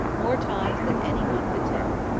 more times than any one could tell.